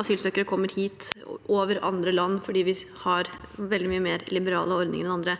asylsøkere kommer hit framfor til andre land fordi vi har veldig mye mer liberale ordninger enn andre.